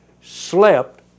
slept